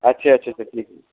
ਅੱਛਾ ਅੱਛਾ ਅੱਛਾ ਠੀਕ ਜੀ